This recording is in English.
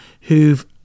who've